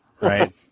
right